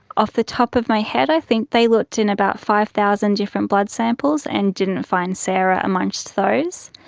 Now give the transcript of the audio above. off the top of my head i think they looked in about five thousand different blood samples and didn't find sarah amongst those.